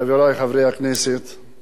אורחים נכבדים מהערוצים,